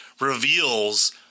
Reveals